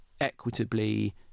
equitably